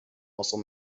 muscle